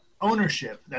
ownership